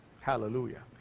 Hallelujah